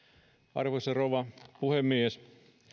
arvoisa rouva puhemies